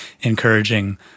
encouraging